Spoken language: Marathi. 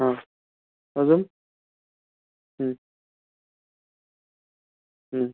हा अजून हं हं